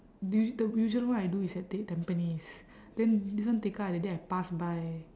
the us~ the usual one I do is at t~ tampines then this one tekka that day I pass by